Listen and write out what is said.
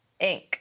Inc